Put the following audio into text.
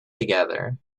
together